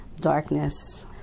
darkness